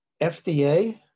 FDA